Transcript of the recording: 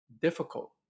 difficult